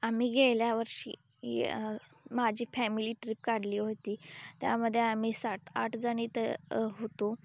आम्ही गेल्या वर्षी या माझी फॅमिली ट्रीप काढली होती त्यामध्ये आम्ही सातआठ जण इथं होतो